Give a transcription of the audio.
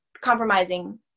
compromising